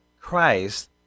Christ